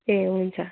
ए हुन्छ